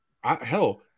hell